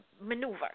maneuver